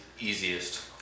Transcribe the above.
Easiest